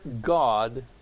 god